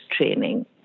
training